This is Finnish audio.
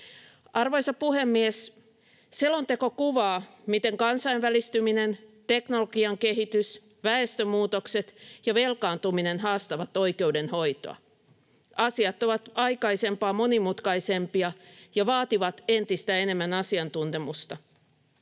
Arvoisa puhemies! Selonteko kuvaa, miten kansainvälistyminen, teknologian kehitys, väestömuutokset ja velkaantuminen haastavat oikeudenhoitoa. Asiat ovat aikaisempaa monimutkaisempia ja vaativat entistä enemmän asiantuntemusta.